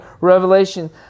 revelation